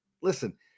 listen